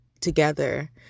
together